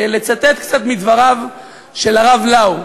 לצטט קצת מדבריו של הרב לאו,